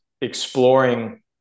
exploring